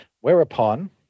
whereupon